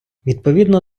відповідно